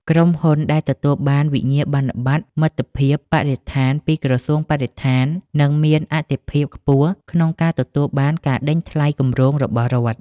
ក្រុមហ៊ុនដែលទទួលបានវិញ្ញាបនបត្រមិត្តភាពបរិស្ថានពីក្រសួងបរិស្ថាន នឹងមានអាទិភាពខ្ពស់ក្នុងការទទួលបានការដេញថ្លៃគម្រោងរបស់រដ្ឋ។